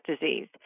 disease